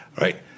right